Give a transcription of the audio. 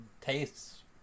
tastes